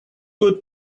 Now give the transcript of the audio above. good